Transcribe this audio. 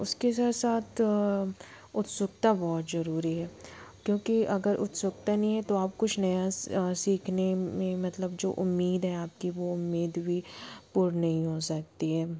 उसके साथ साथ उत्सुकता बहुत जरूरी है क्योंकि अगर उत्सुकता नहीं है तो आप कुछ नया सीख मतलब जो उम्मीद है आपकी वो उम्मीद भी पूर्ण नहीं हो सकती है